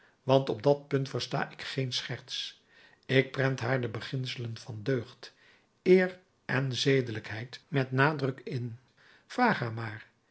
want op dat punt versta ik geen scherts ik prent haar de beginselen van deugd eer en zedelijkheid met nadruk in vraag haar maar